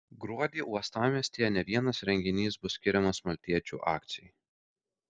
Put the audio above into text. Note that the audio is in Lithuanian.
gruodį uostamiestyje ne vienas renginys bus skiriamas maltiečių akcijai